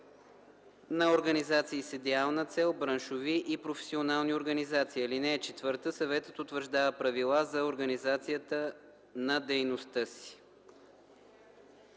на организации с идеална цел, браншови и професионални организации. (4) Съветът утвърждава правила за организацията на дейността си.”